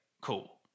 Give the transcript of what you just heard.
cool